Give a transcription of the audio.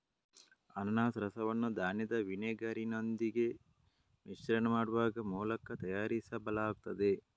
ಅನಾನಸ್ ರಸವನ್ನು ಧಾನ್ಯದ ವಿನೆಗರಿನೊಂದಿಗೆ ಮಿಶ್ರಣ ಮಾಡುವ ಮೂಲಕ ತಯಾರಿಸಲಾಗುತ್ತದೆ